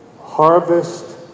harvest